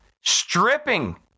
stripping